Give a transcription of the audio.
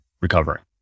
recovering